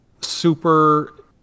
super